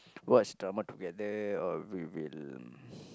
watch drama together or we will